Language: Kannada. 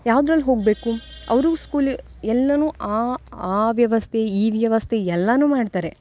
ಯಾವ್ದ್ರಲ್ಲಿ ಹೋಗಬೇಕು ಅವರಿಗೂ ಸ್ಕೂಲೇ ಎಲ್ಲನೂ ಆ ಆ ವ್ಯವಸ್ಥೆ ಈ ವ್ಯವಸ್ಥೆ ಎಲ್ಲನೂ ಮಾಡ್ತಾರೆ